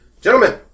gentlemen